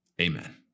Amen